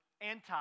anti